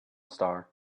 star